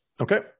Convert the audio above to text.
Okay